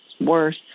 worse